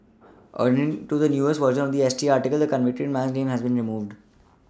according to the newest version of the S T article the convicted man's name has been removed